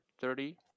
thirty